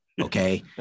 Okay